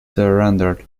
surrendered